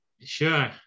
Sure